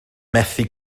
methu